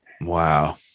Wow